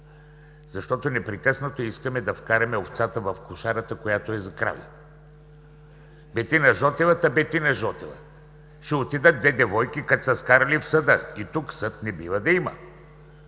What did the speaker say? Защото непрекъснато искаме да вкараме овцата в кошарата, която е за крави. Бетина Жотева, та Бетина Жотева! Ще отидат две девойки, като са се скарали, в съда. Тук съд не бива да има.